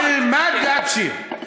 תלמד להקשיב.